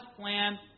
plan